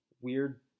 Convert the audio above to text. Weird